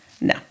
No